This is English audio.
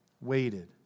waited